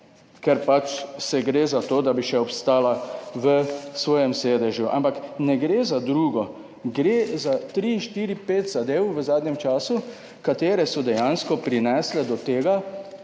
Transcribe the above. ker pač se gre za to, da bi še ostala v svojem sedežu, ampak ne gre za drugo, gre za tri, štiri, pet zadev v zadnjem času, katere so dejansko prinesle do tega,